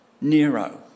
Nero